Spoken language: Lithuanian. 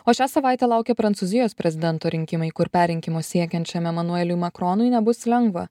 o šią savaitę laukia prancūzijos prezidento rinkimai kur perrinkimo siekiančiam emanueliui makronui nebus lengva